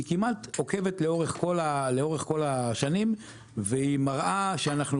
היא כמעט עוקבת לאורך כל השנים והיא מראה שאנחנו